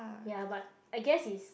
ya but I guess it's